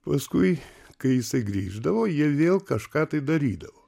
paskui kai jisai grįždavo jie vėl kažką tai darydavo